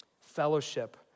Fellowship